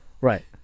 Right